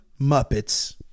muppets